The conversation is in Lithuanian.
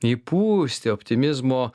įpūsti optimizmo